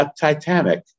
Titanic